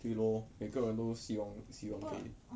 对 lor 每个人都希望希望可以